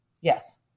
Yes